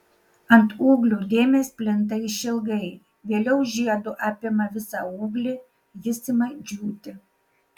ant ūglių dėmės plinta išilgai vėliau žiedu apima visą ūglį jis ima džiūti